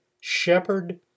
Shepherd